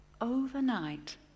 overnight